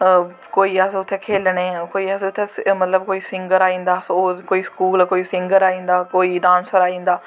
कोई अस उत्थै खेलने कोई अस उत्थैं मतलव कोई सिंगर आई जंदा कोई स्कूल कोई सिंगर आई जंदा कोई डांसर आई जंदा